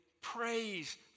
praise